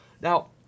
Now